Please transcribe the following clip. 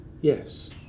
yes